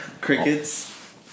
Crickets